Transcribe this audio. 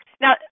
Now